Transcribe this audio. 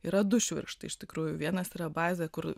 yra du švirkštai iš tikrųjų vienas yra bazė kur